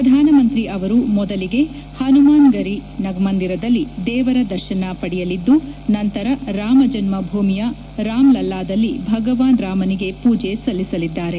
ಪ್ರಧಾನಮಂತ್ರಿ ಅವರು ಮೊದಲಿಗೆ ಹನುಮಾನ್ಗರಿ ಮಂದಿರದಲ್ಲಿ ದೇವರ ದರ್ಶನ ಪಡೆಯಲಿದ್ದು ನಂತರ ರಾಮಜನ್ಮಭೂಮಿಯ ರಾಮ್ಲಲ್ಲಾದಲ್ಲಿ ಭಗವಾನ್ ಶ್ರೀರಾಮನಿಗೆ ಪೂಜೆ ಸಲ್ಲಿಸಲಿದ್ದಾರೆ